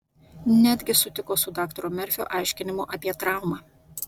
netgi sutiko su daktaro merfio aiškinimu apie traumą